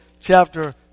chapter